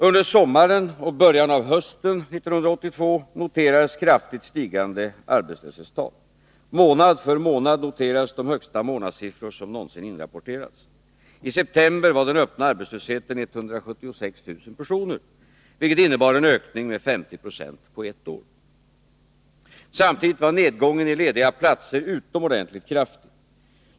Under sommaren och början av hösten 1982 noterades kraftigt stigande arbetslöshetstal. Månad för månad noterades de högsta månadssiffror som någonsin inrapporterats. I september var den öppna arbetslösheten 176 000 personer, vilket innebar en ökning med 50 96 på ett år. Samtidigt var nedgången i lediga platser utomordentligt kraftig.